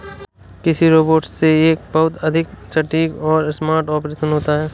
कृषि रोबोट से एक बहुत अधिक सटीक और स्मार्ट ऑपरेशन होता है